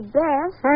best